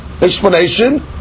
Explanation